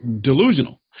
delusional